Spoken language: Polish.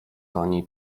pani